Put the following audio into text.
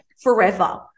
forever